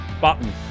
button